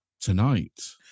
tonight